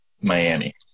Miami